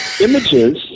Images